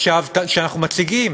שאנחנו מציגים